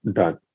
done